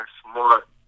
smart